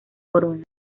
corona